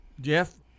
Jeff